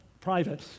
private